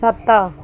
ସାତ